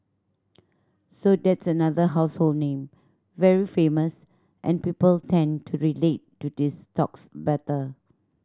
so that's another household name very famous and people tend to relate to these stocks better